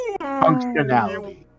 Functionality